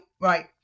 right